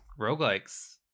roguelikes